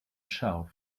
shelf